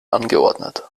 angeordnet